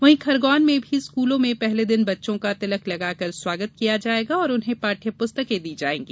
वहीं खरगौन में भी स्कूलों में पहले दिन बच्चों का तिलक लगाकर स्वागत किया जायेगा और उन्हें पाठ्य प्रस्तकें दी जायेंगी